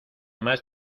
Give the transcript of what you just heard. más